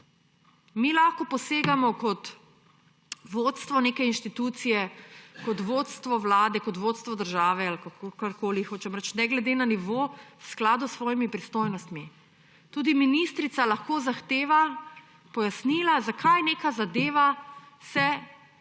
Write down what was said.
Mi lahko posegamo kot vodstvo neke institucije, kot vodstvo vlade, kot vodstvo države ali kakorkoli hočem reči, ne glede na nivo, v skladu s svojimi pristojnostmi. Tudi ministrica lahko zahteva pojasnila, zakaj se neka zadeva toliko